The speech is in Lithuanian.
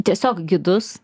tiesiog gidus